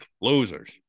losers